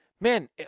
man